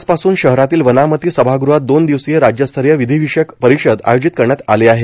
आजपासून शहरातील वनामती सभागृहात दोन दिवसीय राज्यस्तरीय विधिविषयक परिषद आयोजित करण्यात आली आहे